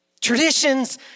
Traditions